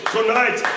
Tonight